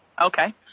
okay